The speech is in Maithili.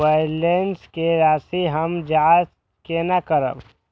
बैलेंस के राशि हम जाँच केना करब?